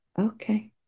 okay